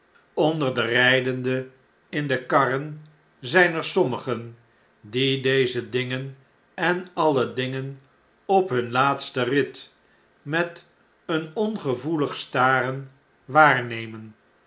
onder de rydenden in de karren zjjn er sommigen die deze dingen en alle dingen op hun laatsten rit met een ongevoelig staren waarnemen